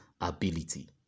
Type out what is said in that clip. ability